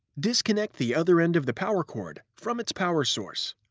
disconnect the other end of the power cord from its power source.